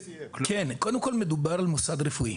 קודם כל מדובר על מוסד רפואי,